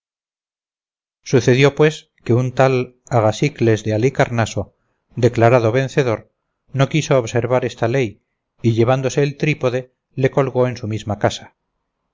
sucedió pues que un tal agasicles de halicarnaso declarado vencedor no quiso observar esta ley y llevándose el trípode le colgó en su misma casa